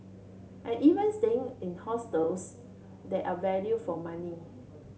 and even staying in hostels that are value for money